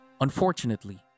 Unfortunately